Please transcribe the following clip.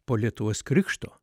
po lietuvos krikšto